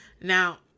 Now